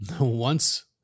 once-